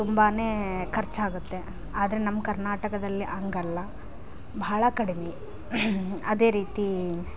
ತುಂಬ ಖರ್ಚ್ ಆಗುತ್ತೆ ಆದರೆ ನಮ್ಮ ಕರ್ನಾಟಕದಲ್ಲಿ ಹಾಗಲ್ಲ ಬಹಳ ಕಡಿಮೆ ಅದೇ ರೀತಿ